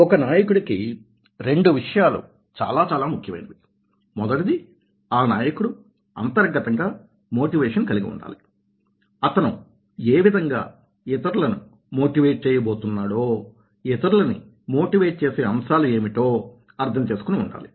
ఒక నాయకుడికి రెండు విషయాలు చాలా చాలా ముఖ్యమైనవి మొదటిది ఆ నాయకుడు అంతర్గతంగా మోటివేషన్ కలిగి ఉండాలి అతను ఏ విధంగా ఇతరులను మోటివేట్ చేయబోతున్నాడో ఇతరులని మోటివేట్ చేసే అంశాలు ఏమిటో అర్థం చేసుకుని ఉండాలి